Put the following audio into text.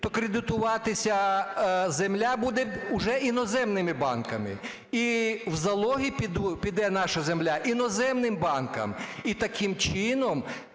то кредитуватися земля буде уже іноземними банками і в залоги піде наша земля іноземним банкам. І таким чином